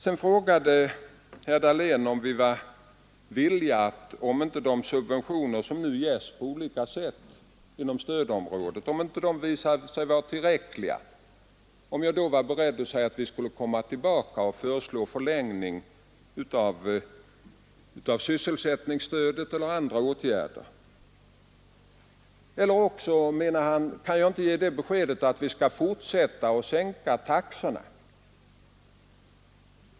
Sedan frågade herr Dahlén, om jag vore beredd att säga att vi skall komma tillbaka och föreslå förlängning av sysselsättningsstödet eller vidta andra åtgärder, ifall de subventioner som nu gäller på olika sätt inom stödområdet visar sig vara otillräckliga. Eller också, menade han, kunde jag väl ge det beskedet, att vi skall fortsätta med att sänka taxorna.